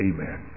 Amen